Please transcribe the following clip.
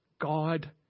God